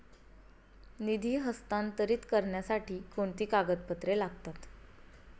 निधी हस्तांतरित करण्यासाठी कोणती कागदपत्रे लागतात?